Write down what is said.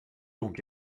donc